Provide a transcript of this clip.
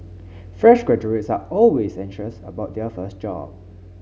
fresh graduates are always anxious about their first job